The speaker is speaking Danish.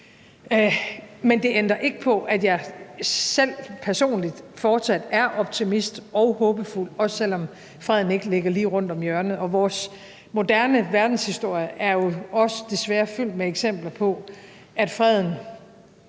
men det ændrer ikke på, at jeg selv personligt fortsat er optimist og håbefuld, også selv om freden ikke ligger lige rundt om hjørnet. Vores moderne verdenshistorie er jo desværre også fyldt med eksempler på, at freden